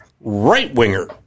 right-winger